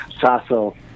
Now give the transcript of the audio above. Sasso